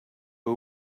who